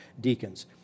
deacons